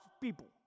people